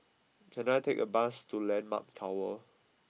can I take a bus to Landmark Tower